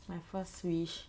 my first wish